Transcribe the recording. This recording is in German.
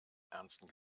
ernsten